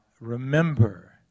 remember